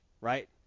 Right